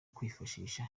kwifashisha